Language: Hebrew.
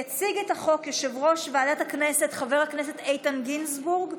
יציג את החוק יושב-ראש ועדת הכנסת חבר הכנסת איתן גינזבורג,